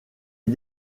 est